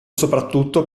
soprattutto